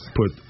put